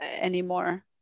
anymore